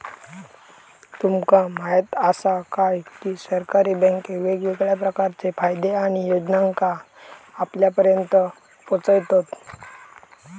तुमका म्हायत आसा काय, की सरकारी बँके वेगवेगळ्या प्रकारचे फायदे आणि योजनांका आपल्यापर्यात पोचयतत